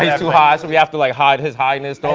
too high. so we have to like hide his highness.